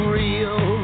real